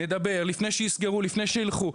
לדבר לפני שיסגרו, לפני שילכו.